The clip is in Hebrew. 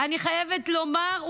אני חייבת לומר,